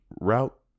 route